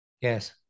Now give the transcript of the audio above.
Yes